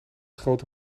grote